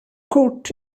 kort